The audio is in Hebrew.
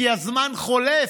כי הזמן חולף?